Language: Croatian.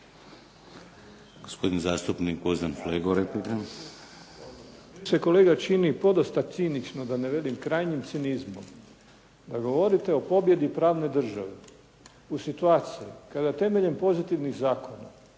replika. **Flego, Gvozden Srećko (SDP)** Meni se kolega čini podosta cinično, da ne kažem krajnjim cinizmom, da govorite o pobjedi pravne države u situaciji kada temeljem pozitivnih zakona